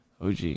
OG